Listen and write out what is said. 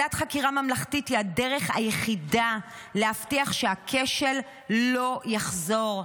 ועדת חקירה ממלכתית היא הדרך היחידה להבטיח שהכשל לא יחזור,